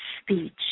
speech